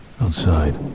Outside